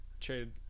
traded